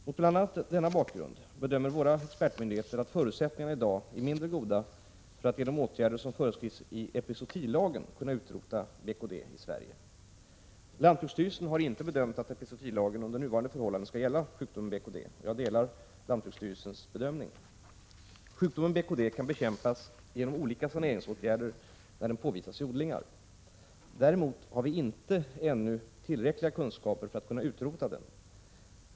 Mot bl.a. denna bakgrund bedömer våra expertmyndigheter att förutsättningarna i dag är mindre goda för att genom åtgärder som föreskrivs i epizootilagen kunna utrota BKD i Sverige. Lantbruksstyrelsen har inte bedömt att epizootilagen under nuvarande förhållanden skall gälla sjukdomen BKD. Jag delar lantbruksstyrelsens bedömning. Sjukdomen BKD kan bekämpas genom olika saneringsåtgärder när den påvisas i odlingar. Däremot har vi ännu inte tillräckliga kunskaper för att kunna utrota den.